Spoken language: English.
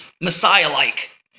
Messiah-like